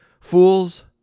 Fools